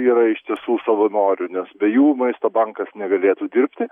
yra iš tiesų savanorių nes be jų maisto bankas negalėtų dirbti